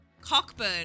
cockburn